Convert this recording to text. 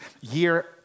year